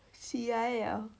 起来了